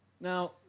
Now